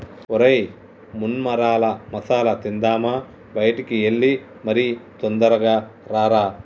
ఒరై మొన్మరాల మసాల తిందామా బయటికి ఎల్లి మరి తొందరగా రారా